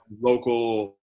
local